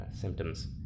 Symptoms